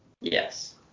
Yes